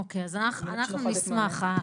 אוקיי, אז אנחנו נשמח.